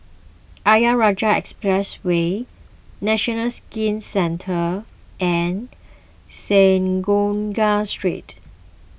Ayer Rajah Expressway National Skin Centre and Synagogue Street